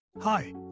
Hi